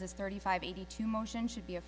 this thirty five eighty two motion should be a